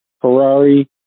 Ferrari